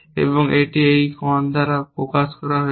এবং এটি এই কন দ্বারা প্রকাশ করা হয়েছে